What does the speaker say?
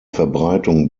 verbreitung